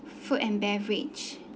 food and beverage